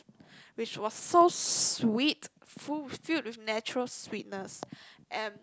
which was so sweet full filled with natural sweetness and